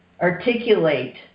articulate